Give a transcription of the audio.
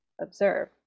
observe